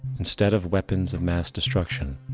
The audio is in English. instead of weapons of mass destruction,